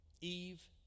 Eve